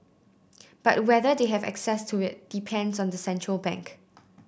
but whether they have access to it depends on the central bank